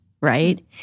right